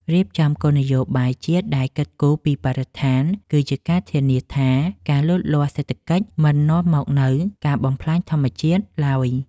រៀបចំគោលនយោបាយជាតិដែលគិតគូរពីបរិស្ថានគឺជាការធានាថាការលូតលាស់សេដ្ឋកិច្ចមិននាំមកនូវការបំផ្លាញធម្មជាតិឡើយ។